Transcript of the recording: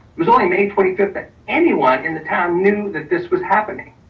was only may twenty fifth at anyone in the town knew that this was happening.